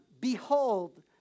behold